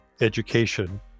education